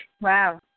Wow